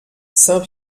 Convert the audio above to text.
saint